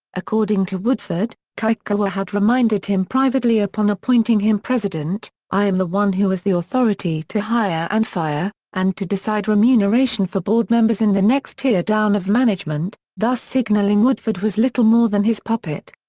according to woodford, kikukawa had reminded him privately upon appointing him president i am the one who has the authority to hire and fire, and to decide remuneration for board members and the next tier down of management, thus signalling woodford was little more than his puppet.